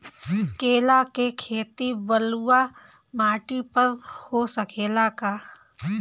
केला के खेती बलुआ माटी पर हो सकेला का?